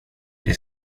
det